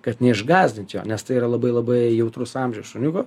kad neišgąsdint jo nes tai yra labai labai jautrus amžius šuniuko